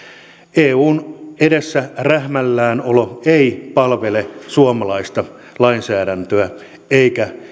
eun edessä rähmällään olo ei palvele suomalaista lainsäädäntöä eikä